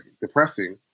depressing